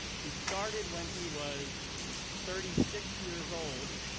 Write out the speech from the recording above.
he started when he was thirty six years old,